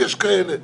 יש כאלה.